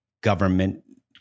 government